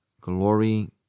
glory